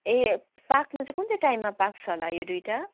ए पाक्नु चाहिँ कुन चाहिँ टाइममा पाक्छ होला यो दुईवटा